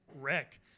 wreck